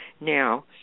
Now